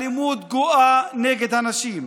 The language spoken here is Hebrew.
אלימות גואה נגד נשים,